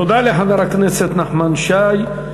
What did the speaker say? תודה לחבר הכנסת נחמן שי.